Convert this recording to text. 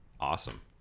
Awesome